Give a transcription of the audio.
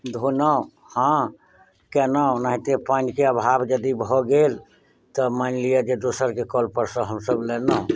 धोलहुॅं हँ केलहुॅं ओनाहिते पानि के अभाव जदी भऽ गेल तऽ मानि लिअ जे दोसर के कल पर सऽ हमसब लेलौं